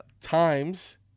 Times